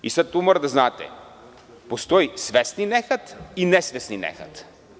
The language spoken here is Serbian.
Tu mora da znate, postoji svesni nehat i nesvesni nehat.